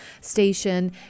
station